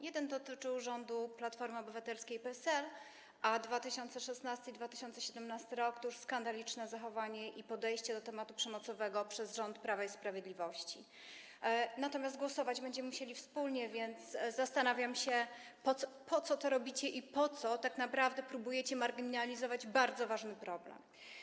Jeden okres dotyczył rządu Platformy Obywatelskiej i PSL, a 2016 r. i 2017 r. to już skandaliczne zachowanie i podejście do tematu przemocowego przez rząd Prawa i Sprawiedliwości, natomiast głosować będziemy musieli łącznie, więc zastanawiam się, po co to robicie i po co tak naprawdę próbujecie marginalizować bardzo ważny problem.